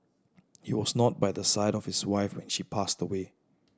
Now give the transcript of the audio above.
he was not by the side of his wife when she passed away